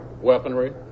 weaponry